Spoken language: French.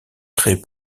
créé